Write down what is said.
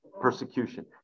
persecution